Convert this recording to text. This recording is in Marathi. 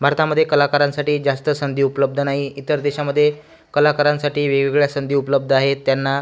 भारतामध्ये कलाकारांसाठी जास्त संधी उपलब्ध नाही इतर देशामध्ये कलाकारांसाठी वेगवेगळ्या संधी उपलब्ध आहेत त्यांना